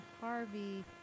Harvey